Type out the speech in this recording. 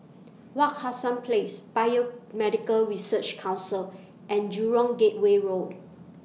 Wak Hassan Place Biomedical Research Council and Jurong Gateway Road